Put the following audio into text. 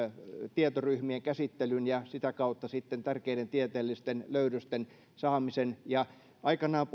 tietoryhmien käsittelyn ja sitä kautta sitten tärkeiden tieteellisten löydösten saamisen aikanaan